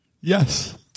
yes